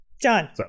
John